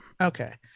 okay